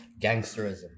gangsterism